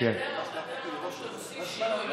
אתם אמרתם שאתם עושים שינוי,